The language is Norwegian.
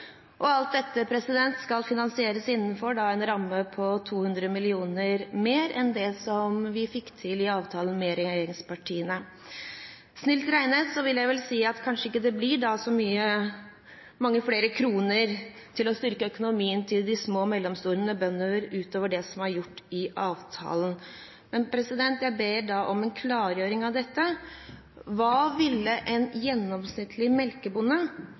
rekrutteringstiltak. Alt dette skal finansieres innenfor en ramme på 200 mill. kr mer enn det som vi fikk til i avtalen med regjeringspartiene. Snilt regnet vil jeg vel si at det ikke blir så mange flere kroner til å styrke økonomien til bøndene på de små og mellomstore brukene, utover det som er gjort i avtalen. Jeg ber om en klargjøring av dette. Hva ville en gjennomsnittlig melkebonde